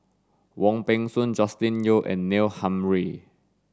Wong Peng Soon Joscelin Yeo and Neil Humphreys